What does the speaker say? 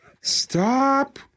Stop